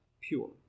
pure